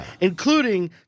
including